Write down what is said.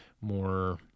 more